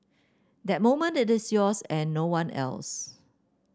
that moment it is yours and no one else